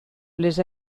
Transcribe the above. les